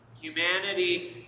Humanity